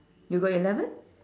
you got eleven